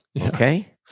Okay